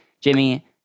Jimmy